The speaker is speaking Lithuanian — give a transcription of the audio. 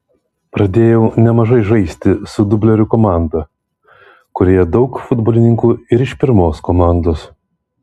pradėjau nemažai žaisti su dublerių komanda kurioje daug futbolininkų ir iš pirmos komandos